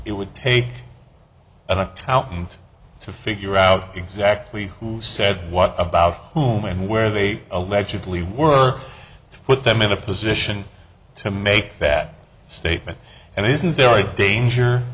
it would take an accountant to figure out exactly who said what about whom and where they allegedly were to put them in a position to make that statement and isn't there a danger